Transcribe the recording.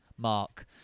Mark